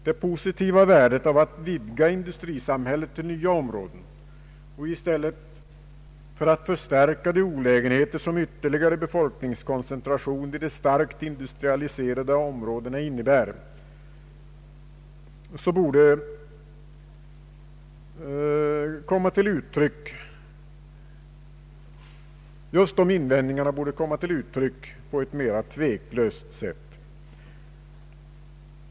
Det positiva värdet av att vidga industrisamhället till nya områden i stället för att förstärka de olägenheter som ytterligare befolkningskoncentration vid de starkt industrialiserade områdena innebär borde komma till uttryck på ett mera tveklöst sätt.